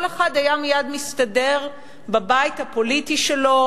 כל אחד היה מייד מסתדר בבית הפוליטי שלו,